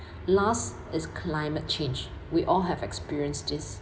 last is climate change we all have experienced this